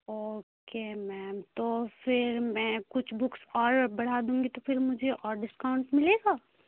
okay ma'am تو پھر میں کچھ بکس اور بڑھا دوں گی تو پھر مجھے اور ڈسکاؤنٹ ملے گا